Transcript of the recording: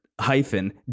hyphen